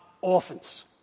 orphans